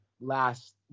last